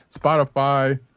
Spotify